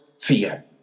fear